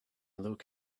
luke